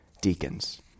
deacons